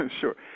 sure